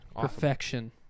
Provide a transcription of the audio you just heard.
Perfection